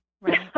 Right